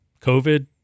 COVID